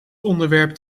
onderwerp